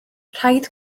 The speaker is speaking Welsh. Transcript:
rhaid